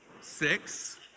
six